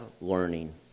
learning